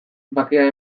bakea